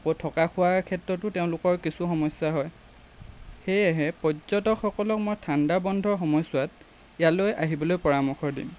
আকৌ থকা খোৱাৰ ক্ষেত্ৰতো তেওঁলোকৰ কিছু সমস্যা হয় সেয়েহে পৰ্যটকসকলক মই ঠাণ্ডা বন্ধৰ সময়ছোৱাত ইয়ালৈ আহিবলৈ পৰামৰ্শ দিম